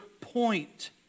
point